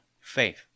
faith